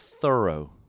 thorough